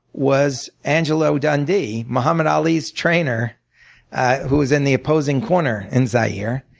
was angelo dundee, mohammed ali's trainer who was in the opposing corner in zaire,